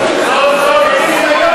סוף-סוף,